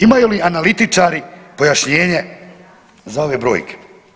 Imaju li analitičari pojašnjenje za ove brojke?